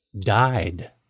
died